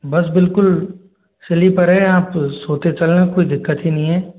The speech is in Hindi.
बस बिल्कुल स्लीपर है आप सोते चलना कोई दिक्कत ही नहीं है